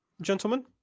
gentlemen